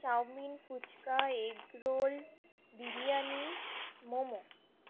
chowmein phuchka egg roll biryani momo